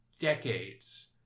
decades